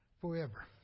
Forever